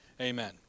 amen